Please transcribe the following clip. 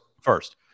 First